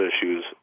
issues